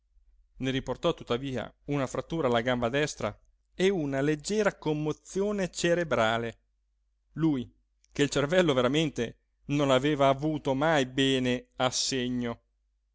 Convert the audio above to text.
ne riportò tuttavia una frattura alla gamba destra e una leggera commozione cerebrale lui che il cervello veramente non aveva avuto mai bene a segno